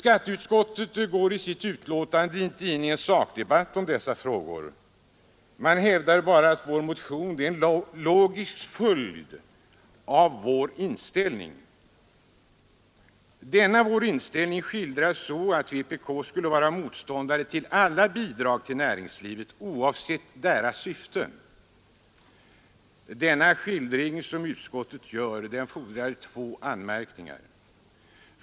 Skatteutskottet går i sitt betänkande inte in i någon sakdebatt om dessa frågor. Utskottet hävdar bara att vår motion är en logisk följd av vår inställning. Denna vår inställning skildras så att vpk skulle vara motståndare till alla bidrag till näringslivet, oavsett deras syfte. Den skildring som utskottet gör föranleder två anmärkningar.